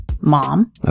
mom